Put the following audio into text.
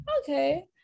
Okay